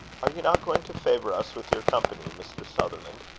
are you not going to favour us with your company, mr. sutherland?